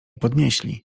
podnieśli